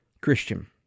Christian